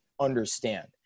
understand